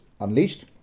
unleashed